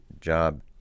job